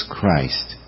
Christ